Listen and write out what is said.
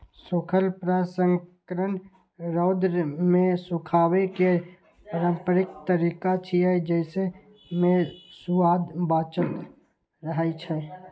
सूखल प्रसंस्करण रौद मे सुखाबै केर पारंपरिक तरीका छियै, जेइ मे सुआद बांचल रहै छै